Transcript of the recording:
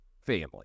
family